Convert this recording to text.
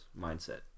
mindset